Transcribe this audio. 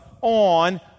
on